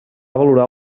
valorar